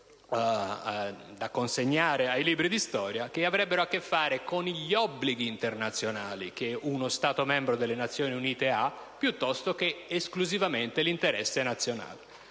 da consegnare ai libri di storia) gli obblighi internazionali di uno Stato membro delle Nazioni Unite piuttosto che esclusivamente l'interesse nazionale.